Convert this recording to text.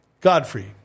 Godfrey